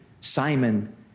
Simon